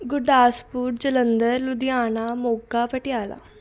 Gurdaspur Jalandhar Ludhiana Moga Patiala